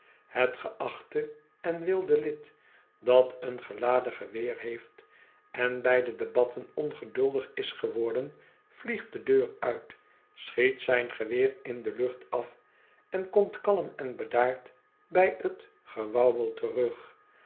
het geachte en wilde lid dat eon geladen geweer heeft en bij de debatten ongeduldig is geworden vliegt de deur uit schiet zijn geweer in de lucht af en komt kalm on bedaard bij t gewauwel terug